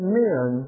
men